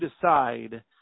decide